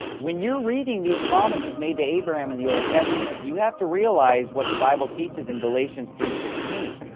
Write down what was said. when you are reading these promises made to abraham in the old testament, you have to realize what the bible teaches in galatians three sixteen,